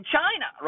China